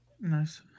Nice